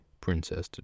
Princess